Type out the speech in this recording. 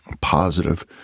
positive